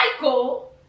Michael